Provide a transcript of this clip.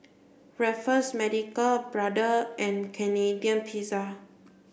Raffles Medical Brother and Canadian Pizza